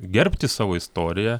gerbti savo istoriją